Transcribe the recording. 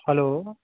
hello